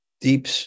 deep